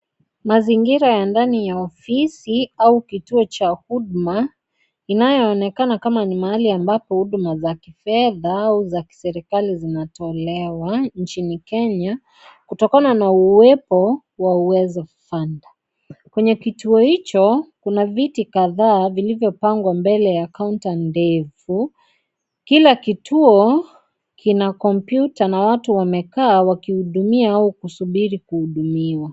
Mazingira ya ndani ya ofisi au kituo cha huduma inayoonekana kama ni mahali ambapo huduma za kifedha au za kiserikali zinatolewa nchini Kenya kutokana na uwepo wa Uwezo Fund . Kwenye kituo hicho kuna viti kadhaa vilivyopangwa mbele ya counter ndefu . Kila kituo kina kompyuta na watu wamekaa wakihudumia au wakisubiri kuhudumiwa.